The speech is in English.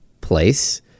place